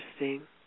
Interesting